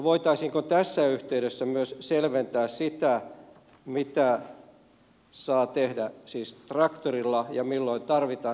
voitaisiinko tässä yhteydessä myös selventää sitä mitä saa tehdä siis traktorilla ja milloin tarvitaan se liikennetraktori